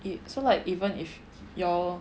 it so like even if y'all